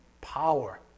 Power